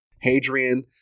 Hadrian